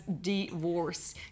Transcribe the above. divorce